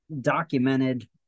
documented